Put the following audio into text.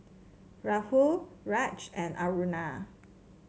Rahul Raj and Aruna